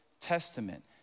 Testament